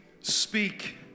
speak